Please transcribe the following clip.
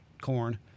corn